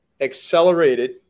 accelerated